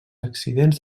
accidents